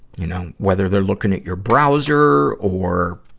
you know. whether they're looking at your browser, or,